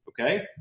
Okay